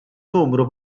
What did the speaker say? numru